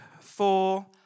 four